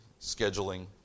scheduling